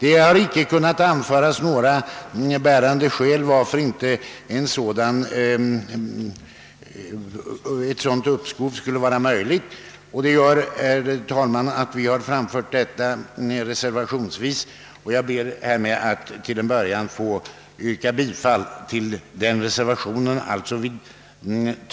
Det har icke kunnat anföras några bärande skäl varför ett sådant uppskov inte skulle vara möjligt, och det gör att vi har framfört förslaget reservationsvis. Jag ber, herr talman, att till att börja med få yrka bifall till reservationen 2 a.